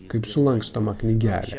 kaip sulankstomą knygelę